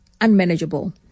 unmanageable